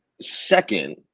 second